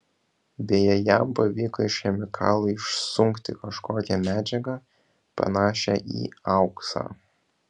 beje jam pavyko iš chemikalų išsunkti kažkokią medžiagą panašią į auksą